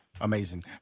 Amazing